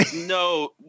No